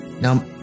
Now